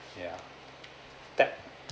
yeah tap